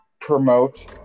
promote